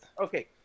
Okay